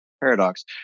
paradox